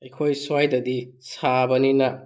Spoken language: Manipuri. ꯑꯩꯈꯣꯏ ꯁ꯭ꯋꯥꯏꯗꯗꯤ ꯁꯥꯕꯅꯤꯅ